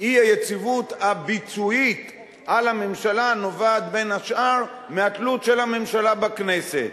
ואי-היציבות הביצועית על הממשלה נובעת בין השאר מהתלות של הממשלה בכנסת.